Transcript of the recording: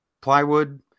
plywood